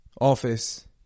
office